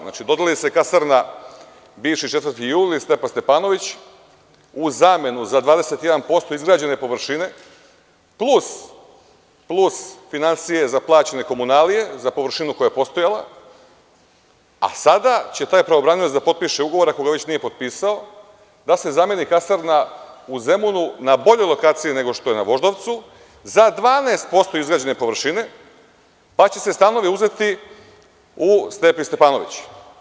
Znači, dodeli se kasarna bivši „4. juli“ ili „Stepa Stepanović“ u zamenu za 21% izgrađene površine plus finansije za plaćanje komunalija za površinu koja je postojala, a sada će taj pravobranilac da potpiše ugovor, ako ga već nije potpisao, da se zameni kasarna u Zemunu na boljoj lokaciji nego što je na Voždovcu za 12% izgrađene površine, pa će se stanovi uzeti u „Stepi Stepanoviću“